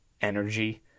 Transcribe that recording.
energy